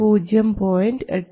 83 V 2